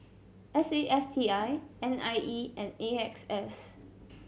S A F T I N I E and A X S